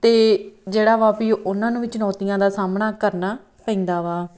ਅਤੇ ਜਿਹੜਾ ਵਾ ਵੀ ਉਹਨਾਂ ਨੂੰ ਵੀ ਚੁਣੌਤੀਆਂ ਦਾ ਸਾਹਮਣਾ ਕਰਨਾ ਪੈਂਦਾ ਵਾ